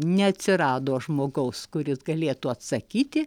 neatsirado žmogaus kuris galėtų atsakyti